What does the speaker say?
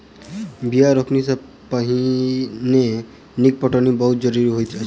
बीया रोपनी सॅ पहिने नीक पटौनी बड़ जरूरी होइत अछि